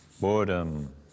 boredom